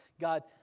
God